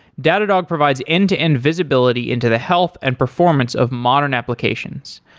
datadog provides end-to-end visibility into the health and performance of modern applications.